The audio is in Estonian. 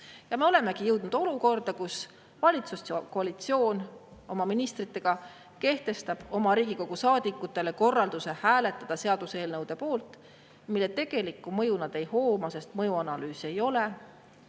olemegi jõudnud olukorda, kus valitsuskoalitsioon ministritega kehtestab oma Riigikogu saadikutele korralduse hääletada seaduseelnõude poolt, mille tegelikku mõju nad ei hooma, sest mõjuanalüüsi ei ole.